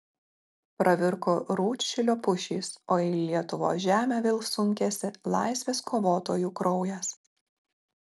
pravirko rūdšilio pušys o į lietuvos žemę vėl sunkėsi laisvės kovotojų kraujas